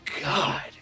God